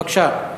בבקשה.